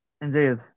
Indeed